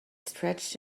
stretched